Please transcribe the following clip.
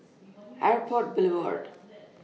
Airport Boulevard